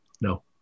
no